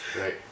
Right